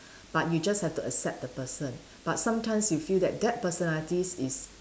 but you just have to accept the person but sometimes you feel that that personalities is